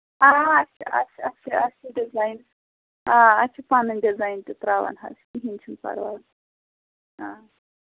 آ اَسہِ چھِ اَسہِ چھِ اَسہِ چھِ اَسہِ چھِ ڈِزایِن آ اَسہِ چھِ پَنٕنۍ ڈِزایِن تہِ ترٛاوان حظ کہیٖنۍ چھُنہٕ پرواے